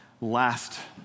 last